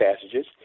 passages